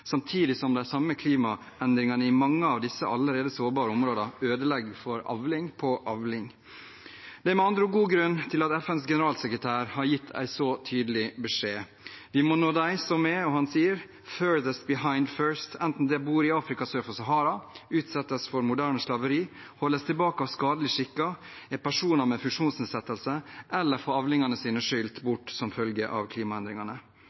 samtidig som de samme klimaendringene i mange av disse allerede sårbare områdene ødelegger for avling på avling. Det er med andre ord god grunn til at FNs generalsekretær har gitt en så tydelig beskjed. Vi må nå dem som er, og han sier «furthest behind first» enten man bor i Afrika sør for Sahara, utsettes for moderne slaveri, holdes tilbake av skadelige skikker, er personer med funksjonsnedsettelse eller får avlingene sine skylt bort som følge av klimaendringene.